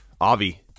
Avi